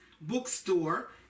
Bookstore